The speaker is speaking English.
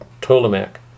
Ptolemaic